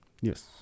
Yes